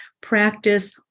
practice